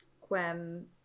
quem